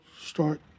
start